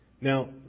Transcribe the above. Now